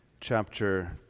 chapter